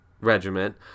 regiment